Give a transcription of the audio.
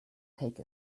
take